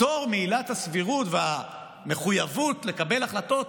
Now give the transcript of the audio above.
בפטור מעילת הסבירות והמחויבות לקבל החלטות